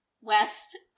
west